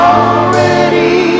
Already